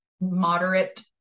moderate